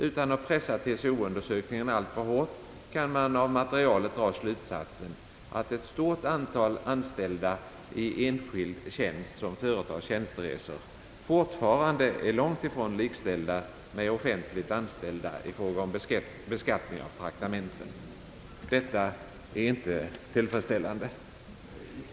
Utan att pressa TCO-undersökningen alltför hårt kan man av materialet dra slutsatsen att ett stort antal anställda i enskild tjänst som företar tjänsteresor fortfarande är långt ifrån likställda med offentligt anställda i fråga om beskattning av traktamenten. Detta är inte tillfredsställande.